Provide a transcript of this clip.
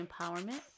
empowerment